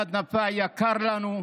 מוחמד נפאע יקר לנו,